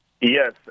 Yes